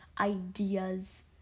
ideas